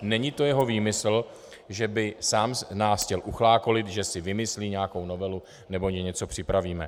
Není to jeho výmysl, že by sám nás chtěl uchlácholit, že si vymyslí nějakou novelu nebo my něco připravíme.